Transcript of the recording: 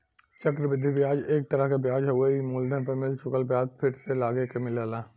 चक्र वृद्धि ब्याज एक तरह क ब्याज हउवे ई मूलधन पर मिल चुकल ब्याज पर फिर से लगके मिलेला